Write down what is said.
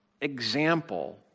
example